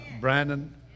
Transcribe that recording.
Brandon